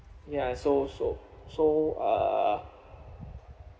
ya so so so uh